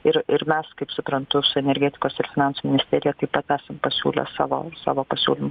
ir ir mes kaip suprantu su energetikos ir finansų ministerija taip pat esam pasiūlę savo savo pasiūlymų